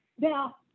Now